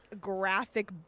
graphic